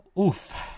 Oof